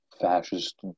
fascist